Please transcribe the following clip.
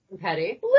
Petty